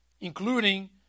including